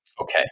Okay